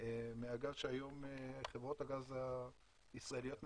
מהגז שהיום חברות הגז הישראליות מספקות,